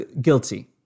guilty